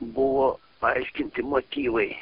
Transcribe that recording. buvo paaiškinti motyvai